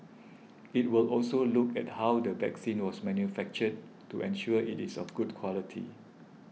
it will also look at how the vaccine was manufactured to ensure it is of good quality